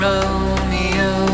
Romeo